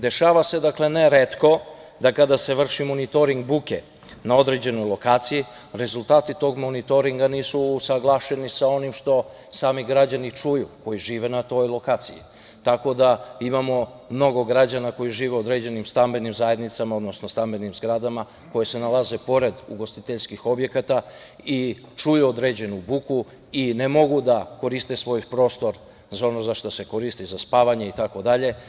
Dešava se neretko da kada se vrši monitoring buke na određenoj lokaciji, rezultati tog monitoringa nisu usaglašeni sa onim što sami građani čuju koji žive na toj lokaciji, tako da imamo mnogo građana koji žive u određenim stambenim zajednicama, odnosno stambenim zgradama koje se nalaze pored ugostiteljskih objekata i čuju određenu buku i ne mogu da koriste svoj prostor za ono za šta se koristi, za spavanje itd.